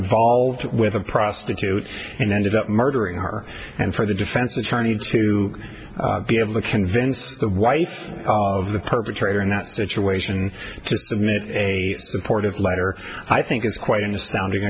involved with a prostitute and ended up murdering her and for the defense attorney to be able to convince the wife of the perpetrator in that situation to submit a supportive letter i think is quite an astounding